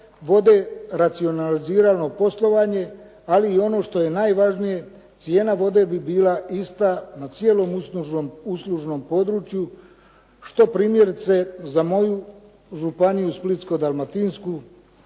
vode, racionaliziralo poslovanje, ali i ono što je najvažnije cijena vode bi bila ista na cijelom uslužnom području što primjerice za moju županiju Splitsko-dalmatinsku